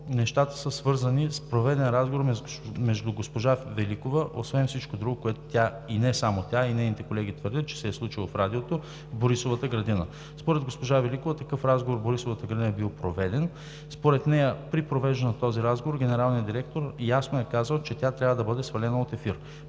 нещата са свързани с проведен разговор между госпожа Великова, освен всичко друго, което тя и не само тя, а и нейните колеги твърдят, че се е случило в Радиото, в Борисовата градина. Според госпожа Великова такъв разговор в Борисовата градина е бил проведен. Според нея при провеждането на този разговор генералният директор ясно е казал, че тя трябва да бъде свалена от ефир.